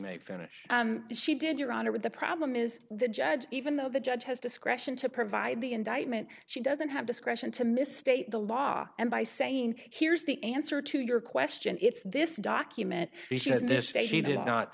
may finish she did your honor with the problem is the judge even though the judge has discretion to provide the indictment she doesn't have discretion to misstate the law and by saying here's the answer to your question it's this document this day she did not